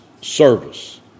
service